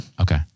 Okay